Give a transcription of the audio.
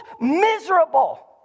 miserable